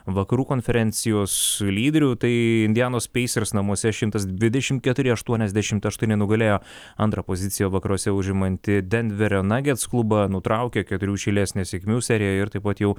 vakarų konferencijos lyderių tai indianos pacers namuose šimtas dvidešimt keturi aštuoniasdešimt aštuoni nugalėjo antrą poziciją vakaruose užimantį denverio nuggets klubą nutraukė keturių iš eilės nesėkmių seriją ir taip pat jau